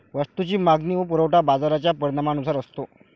वस्तूची मागणी व पुरवठा बाजाराच्या परिणामानुसार असतो